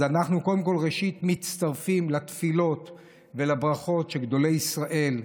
אז אנחנו ראשית מצטרפים לתפילות ולברכות של גדולי ישראל,